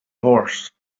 horse